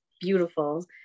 beautiful